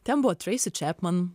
ten buvo treisi čiapman